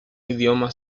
idioma